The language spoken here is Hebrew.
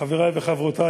חברי וחברותי,